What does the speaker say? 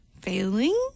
failing